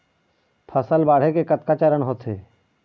फसल बाढ़े के कतका चरण होथे?